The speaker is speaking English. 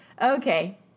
Okay